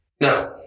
No